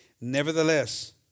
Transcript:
Nevertheless